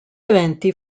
eventi